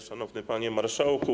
Szanowny Panie Marszałku!